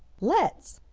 let's,